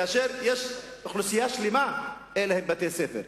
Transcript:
כאשר יש אוכלוסייה שלמה שאין לה בתי-ספר,